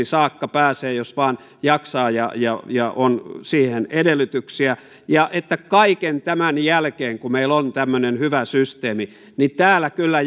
saakka pääsee jos vain jaksaa ja ja on siihen edellytyksiä ja kaiken tämän jälkeen kun meillä on tämmöinen hyvä systeemi täällä kyllä